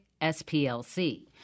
SPLC